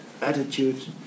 attitude